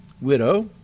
widow